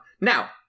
Now